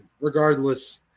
regardless